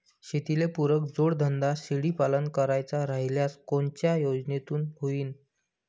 शेतीले पुरक जोडधंदा शेळीपालन करायचा राह्यल्यास कोनच्या योजनेतून होईन?